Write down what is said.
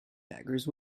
beggars